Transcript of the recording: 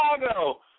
Chicago